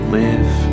live